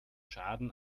schaden